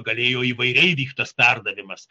galėjo įvairiai vykt tas perdavimas